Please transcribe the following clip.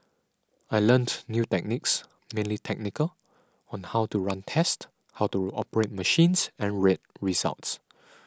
I learnt new techniques mainly technical on how to run tests how to operate machines and read results